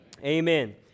Amen